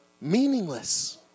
meaningless